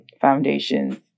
foundations